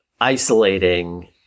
isolating